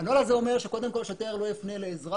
הנוהל הזה אומר ששוטר לא יפנה לאזרח,